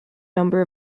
number